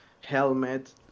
helmet